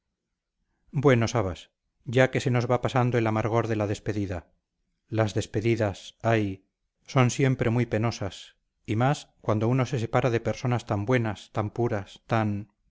bueno sabas ya que se nos va pasando el amargor de la despedida las despedidas ay son siempre muy penosas y más cuando uno se separa de personas tan buenas tan puras tan